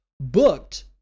booked